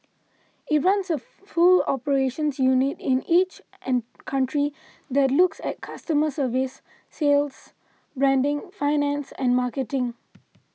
it runs a full operations unit in each an country that looks at customer service sales branding finance and marketing